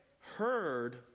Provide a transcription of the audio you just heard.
heard